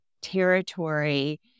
territory